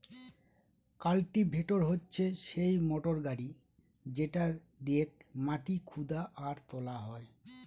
cultivator হচ্ছে সেই motor গাড়ি যেটা দিয়েক মাটি খুদা আর তোলা হয়